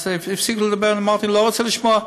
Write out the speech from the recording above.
אז התחיל לדבר, אמרתי: לא רוצה לשמוע.